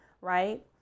right